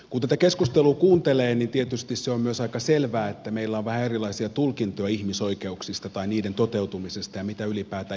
kun tätä keskustelua kuuntelee on tietysti myös aika selvää että meillä on vähän erilaisia tulkintoja ihmisoikeuksista tai niiden toteutumisesta ja mitä ylipäätään ihmisoikeudet ovat